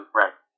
right